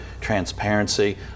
Transparency